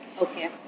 Okay